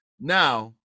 Now